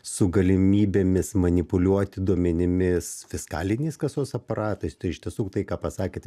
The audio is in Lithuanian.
su galimybėmis manipuliuoti duomenimis fiskaliniais kasos aparatais tai iš tiesų tai ką pasakėte